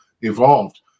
evolved